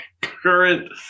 current